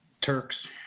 Turks